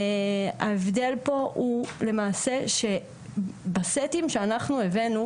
ההבדל פה הוא למעשה שבסטים שאנחנו הבאנו,